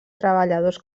treballadors